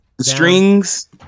strings